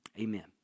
amen